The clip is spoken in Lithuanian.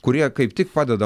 kurie kaip tik padeda